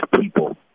people